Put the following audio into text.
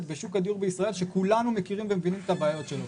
בשוק הדיור בישראל שכולנו מכירים ומבינים את הבעיות שלו,